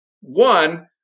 one